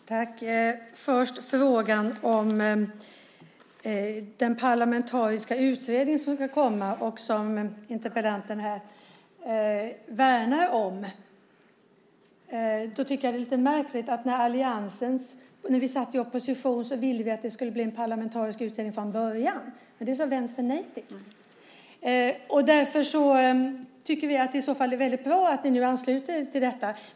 Herr talman! Först till frågan om den parlamentariska utredning som ska komma och som interpellanten värnar om. När vi satt i opposition ville vi att det skulle bli en parlamentarisk utredning från början, men det sade Vänstern nej till, vilket är lite märkligt. Därför tycker vi att det är väldigt bra om ni nu ansluter er till detta.